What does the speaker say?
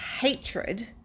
hatred